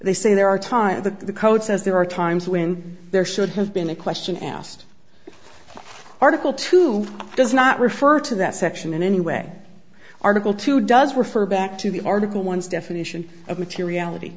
they say there are times that the code says there are times when there should have been a question asked article two does not refer to that section and anyway article two does refer back to the article one's definition of materiality